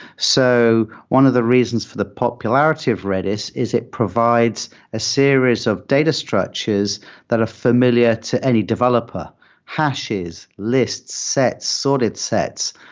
so one of the reasons for the popularity of redis is it provides a series of data structures that are familiar to any developer hashes, lists, sets, sorted sets.